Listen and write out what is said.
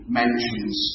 mentions